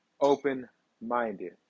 open-minded